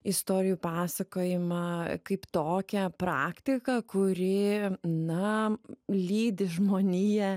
istorijų pasakojimą kaip tokią praktiką kuri na lydi žmoniją